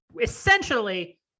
essentially